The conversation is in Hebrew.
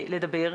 בסדר.